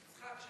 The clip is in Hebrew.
יצחק,